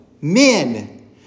men